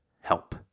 Help